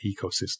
ecosystem